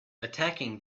attacking